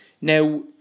now